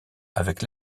avec